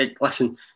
Listen